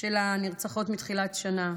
של הנרצחות מתחילת שנה.